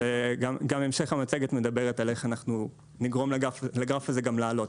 גם המשך המצגת מדברת על איך אנחנו נגרם לגרף הזה גם לעלות,